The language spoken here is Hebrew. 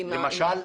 למשל,